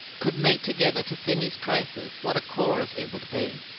could meet together to sing his praises, what a chorus it would be!